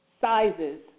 sizes